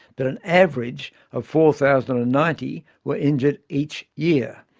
but an average of four thousand and ninety were injured each year.